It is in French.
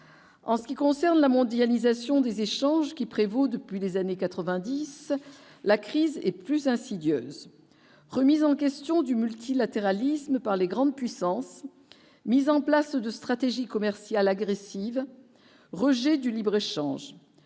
en ce qui concerne la mondialisation des échanges qui prévaut depuis des années 90, la crise est plus insidieuse remise en question du multilatéralisme par les grandes puissances, mise en place de stratégies commerciales agressives, rejet du libre-échange,